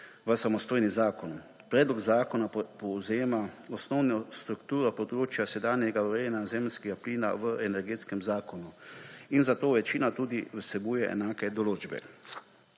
v samostojni zakon. Predlog zakona povzema osnovno strukturo področja sedanjega urejanja zemeljskega plina v Energetskem zakonu in zato večina tudi vsebuje enake določbe.